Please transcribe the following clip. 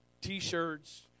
T-shirts